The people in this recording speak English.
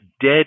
dead